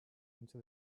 into